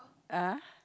uh